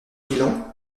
pilon